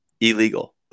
illegal